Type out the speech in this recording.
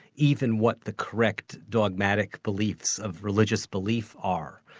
even what the correct dogmatic beliefs, of religious belief are.